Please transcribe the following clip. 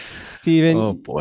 Stephen